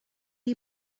you